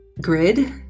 grid